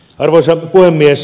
arvoisa puhemies